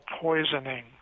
poisoning